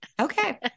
Okay